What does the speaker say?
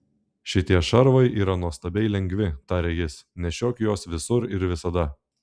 šitie šarvai yra nuostabiai lengvi tarė jis nešiok juos visur ir visada